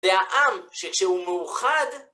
זה העם שכשהוא מאוחד.